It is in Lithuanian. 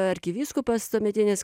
arkivyskupas tuometinis